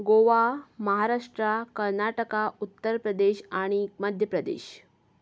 गोवा महाराष्ट्रा कर्नाटका उत्तर प्रदेश आनी मध्य प्रदेश